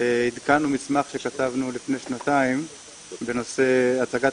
עדכנו מסמך שכתבנו לפני שנתיים בנושא הצגת